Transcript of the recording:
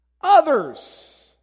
Others